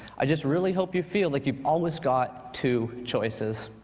i just really hope you feel like you've always got two choices.